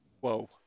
Whoa